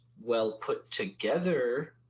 well-put-together